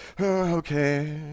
okay